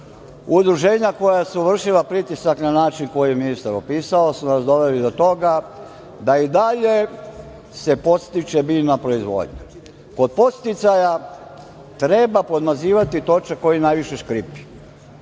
udruženja koja su vršila pritisak na način koji je ministar opisao su nas doveli do toga da i dalje se podstiče biljna proizvodnja. Od podsticaja treba podmazivati točak koji najviše škripi.